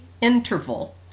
interval